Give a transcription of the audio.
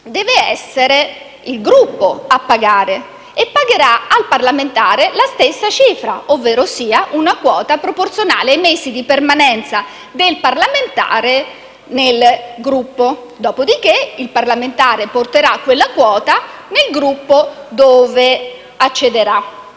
deve essere il Gruppo a pagare; pagherà al parlamentare la stessa cifra, ovverosia una quota proporzionale ai mesi di permanenza del parlamentare nel Gruppo. Dopodiché, il parlamentare porterà quella quota nel Gruppo cui accederà.